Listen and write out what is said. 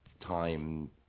time